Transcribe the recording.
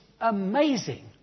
amazing